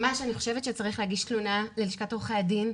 שצריך להגיש תלונה ללשכת עורכי הדין.